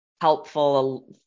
helpful